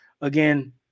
Again